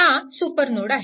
हा सुपरनोड आहे